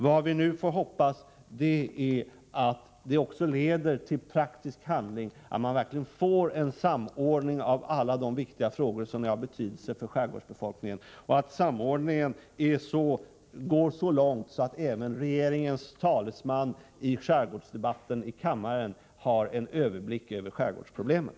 Vad vi nu får hoppas är att det också leder till praktisk handling, att man verkligen får en samordning av alla de frågor som är av betydelse för skärgårdsbefolkningen och att samordningen går så långt att även regeringens talesman i skärgårdsdebatten här i kammaren har en överblick över skärgårdsproblemen.